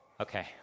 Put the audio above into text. Okay